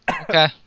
Okay